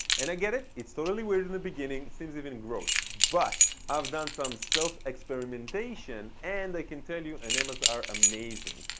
and i get it, it's totally weird in the beginning, it seems even gross. but i've done some self experimentation and i can tell you enemas are amazing.